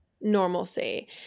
normalcy